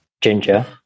ginger